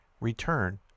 Return